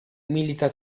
milita